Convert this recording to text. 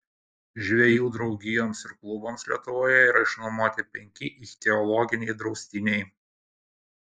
žvejų draugijoms ir klubams lietuvoje yra išnuomoti penki ichtiologiniai draustiniai